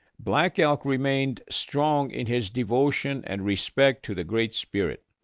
black elk remained strong in his devotion and respect to the great spirit,